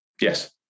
yes